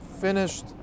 finished